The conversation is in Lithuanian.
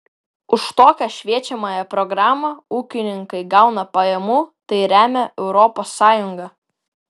už tokią šviečiamąją programą ūkininkai gauna pajamų tai remia europos sąjunga